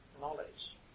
knowledge